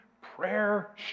prayer